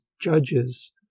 judges